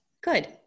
Good